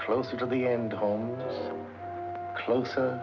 closer to the end home closer